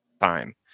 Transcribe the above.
time